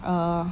err